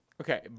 Okay